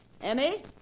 Emmy